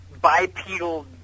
bipedal